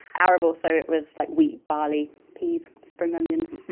arable, so it was like wheat, barley, peas, spring onions.